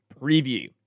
preview